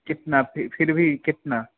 कितना फिर भी कितना